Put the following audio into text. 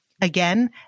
Again